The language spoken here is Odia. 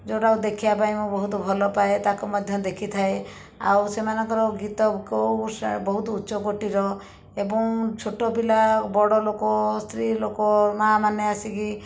ଯେଉଁଟାକୁ ଦେଖିବା ପାଇଁ ମୁଁ ବହୁତ ଭଲ ପାଏ ତାକୁ ମଧ୍ୟ ଦେଖିଥାଏ ଆଉ ସେମାନଙ୍କର ଗୀତ କେଉଁ ଉଷା ବହୁତ ଉଚ୍ଚକଟିର ଏବଂ ଛୋଟପିଲା ବଡ଼ଲୋକ ସ୍ତ୍ରୀଲୋକ ମା ମାନେ ଆସିକି